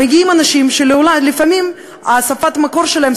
מגיעים אנשים שלפעמים שפת המקור שלהם,